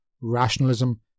rationalism